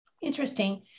interesting